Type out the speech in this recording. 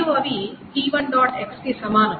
X కి సమానం